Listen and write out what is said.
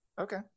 okay